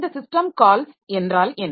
இந்த system calls என்றால் என்ன